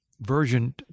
version